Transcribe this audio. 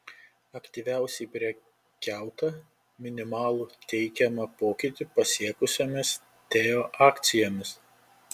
aktyviausiai prekiauta minimalų teigiamą pokytį pasiekusiomis teo akcijomis